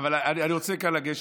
אבל זה שאתה שואל "מי נגד"